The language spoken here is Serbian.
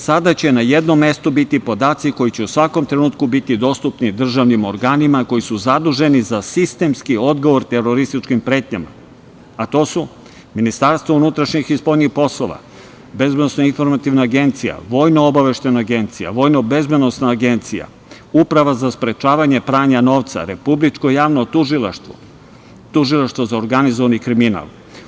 Sada će na jednom mestu biti podaci koji će u svakom trenutku biti dostupni državnim organima koji su zaduženi za sistemski odgovor terorističkim pretnjama, a to: Ministarstvo unutrašnjih poslova, Ministarstvo spoljnih poslova, Bezbednosno-informativna agencija, Vojnoobaveštajna agencija, Vojnobezbednosna agencija, Uprava za sprečavanje pranja novca, Republičko javno tužilaštvo, Tužilaštvo za organizovani kriminal.